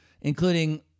including